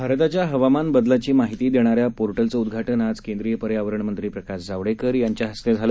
भारताच्या हवामान बदलाची माहिती देणाऱ्या पोर्टलचं उद्घाटन आज केंद्रिय पर्यावरण मंत्री प्रकाश जावडेकर यांच्या हस्ते झालं